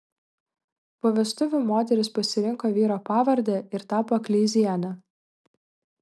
po vestuvių moteris pasirinko vyro pavardę ir tapo kleiziene